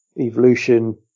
evolution